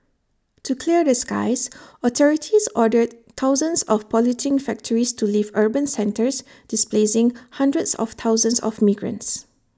to clear the skies authorities ordered thousands of polluting factories to leave urban centres displacing hundreds of thousands of migrants